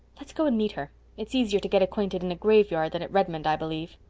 let's go and meet her. it's easier to get acquainted in a graveyard than at redmond, i believe.